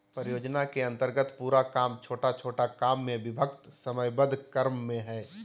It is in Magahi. परियोजना के अन्तर्गत पूरा काम छोटा छोटा काम में विभक्त समयबद्ध क्रम में हइ